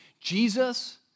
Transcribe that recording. Jesus